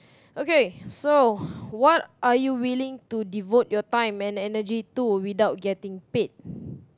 okay so what are you willing to devote your time and energy to without getting paid